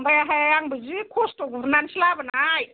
बांद्रायाहाय आंबो जि खस्थ' गुरनासो लाबोनाय